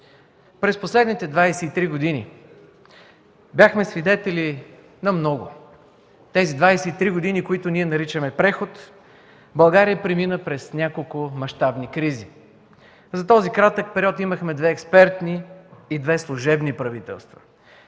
През последните 23 години бяхме свидетели на много – тези 23 години, които ние наричаме преход, България премина през няколко мащабни кризи. За този кратък период имахме две експертни и две служебни правителства,